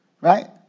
Right